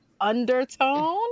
undertone